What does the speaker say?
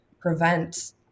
prevent